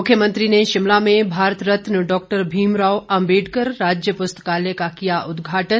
मुख्यमंत्री ने शिमला में भारत रत्न डॉक्टर भीमराव अम्बेडकर राज्य प्रस्तकालय का किया उदघाटन